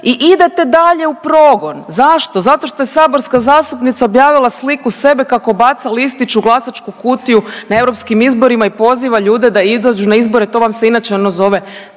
i idete dalje u progon. Zašto? Zato što je saborska zastupnica objavila sliku sebe kako baca listić u glasačku kutiju na europskim izborima i poziva ljude da izađu na izbore, to vam se inače ono